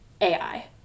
AI